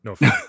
No